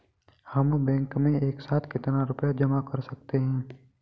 हम बैंक में एक साथ कितना रुपया जमा कर सकते हैं?